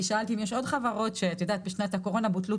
כי שאלת אם יש עוד חברות בשנת הקורונה בוטלו